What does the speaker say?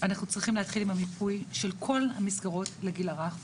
אנחנו צריכים להתחיל עם המיפוי של כל המסגרות לגיל הרך,